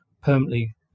permanently